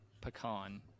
pecan